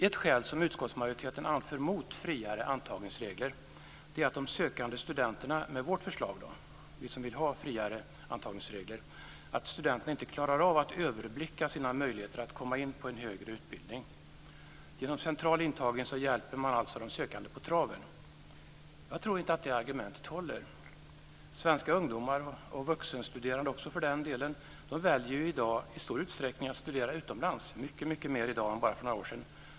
Ett skäl som utskottsmajoriteten anför mot friare antagningsregler är att de sökande studenterna med vårt förslag - vi som vill ha friare antagningsregler - inte klarar av att överblicka sina möjligheter att komma in på en högre utbildning. Genom central intagning hjälper man alltså de sökande på traven. Jag tror inte att det argumentet håller. Svenska ungdomar, och vuxenstuderande också för den delen, väljer ju i dag i stor utsträckning att studera utomlands, mycket mer i dag än för bara några år sedan.